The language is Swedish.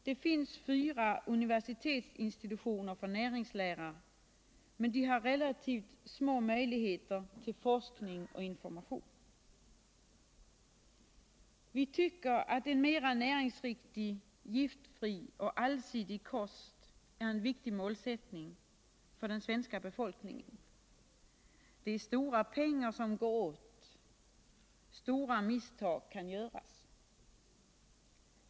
Det finns fyra universitetsinstitutioner för näringslära, men de har relativt små möjligheter till forskning och information. Vi tycker att en mera näringsriktig, giftfri och allsidig kost är en viktig målsättning för den svenska befolkningen. Det är stora pengar som går åt — stora misstag kan göras.